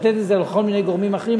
לתת את זה לכל מיני גורמים אחרים.